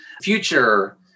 future